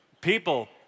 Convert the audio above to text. people